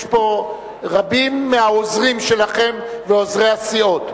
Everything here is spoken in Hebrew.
יש פה רבים מהעוזרים שלכם ועוזרי הסיעות.